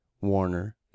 warner